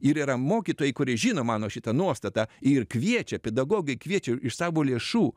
ir yra mokytojai kurie žino mano šitą nuostatą ir kviečia pedagogai kviečia iš savo lėšų